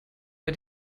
bei